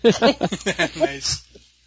Nice